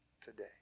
Today